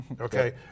Okay